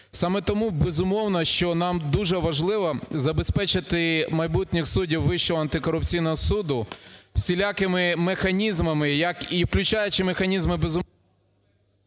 Саме тому, безумовно, що нам дуже важливо забезпечити майбутніх суддів Вищого антикорупційного суду всілякими механізмами, як і включаючи механізми… ГОЛОВУЮЧИЙ.